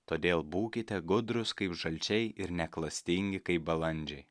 todėl būkite gudrūs kaip žalčiai ir neklastingi kaip balandžiai